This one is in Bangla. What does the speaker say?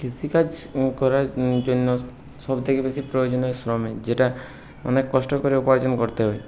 কৃষিকাজ করার জন্য সবথেকে বেশি প্রয়োজনীয় শ্রমিক যেটা অনেক কষ্ট করে উপার্জন করতে হয়